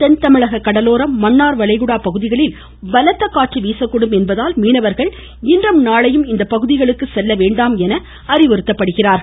தென்தமிழக கடலோரம் மன்னார் வளைகுடா பகுதிகளில் பலத்த காற்று வீசக்கூடும் என்பதால் மீனவர்கள் இன்றும் நாளையும் இப்பகுதிகளுக்கு செல்ல வேண்டாம் என அறிவுறுத்தப்படுகிறார்கள்